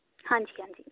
ਹਾਂਜੀ ਹਾਂਜੀ